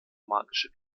magische